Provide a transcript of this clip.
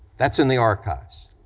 that's in the archives.